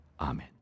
Amen